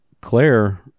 Claire